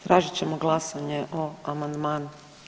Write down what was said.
Tražit ćemo glasanje o amandmanu.